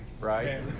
right